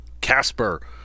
Casper